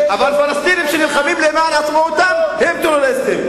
אבל פלסטינים שנלחמים למען עצמאותם הם טרוריסטים?